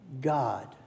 God